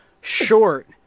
short